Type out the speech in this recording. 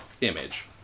image